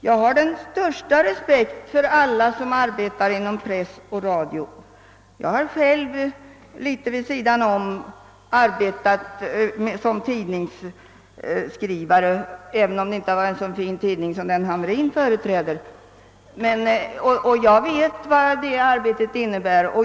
Jag har den största respekt för alla som arbetar inom press och radio. Jag har själv litet vid sidan om arbetat som tidningsskrivare, även om det inte varit i en så fin tidning som den herr Hamrin företräder. Jag vet vad det arbetet innebär.